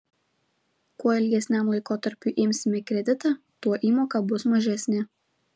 kuo ilgesniam laikotarpiui imsime kreditą tuo įmoka bus mažesnė